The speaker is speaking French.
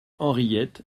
henriette